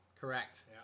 Correct